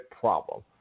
problem